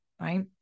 Right